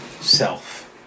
self